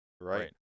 Right